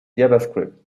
javascript